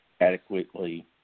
adequately